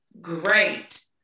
great